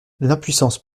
l’impuissance